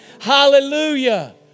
Hallelujah